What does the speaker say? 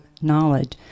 knowledge